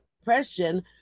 depression